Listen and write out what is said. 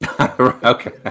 Okay